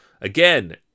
Again